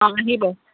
অঁ আহিব